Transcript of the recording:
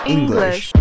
English